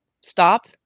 Stop